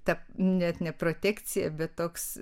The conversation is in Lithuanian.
ta net ne protekcija bet toks